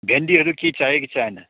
भिन्डीहरू केही चाहियो कि चाहिएन